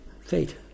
fate